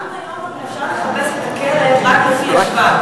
גם היום הרי אפשר לחפש את הכלב רק לפי השבב.